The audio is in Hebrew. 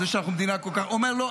זה שאנחנו מדינה כל כך, הוא אומר: לא.